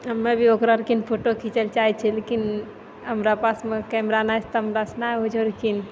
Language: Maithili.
हमे भी ओकरा लेखिन फोटो खिचै लए चाहै छी लेकिन हमरा पासमे कैमरा नहि छै तऽ हमरासँ नहि होइ छौ